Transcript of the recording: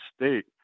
state